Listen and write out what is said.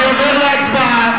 אני עובר להצבעה.